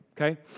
okay